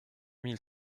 mille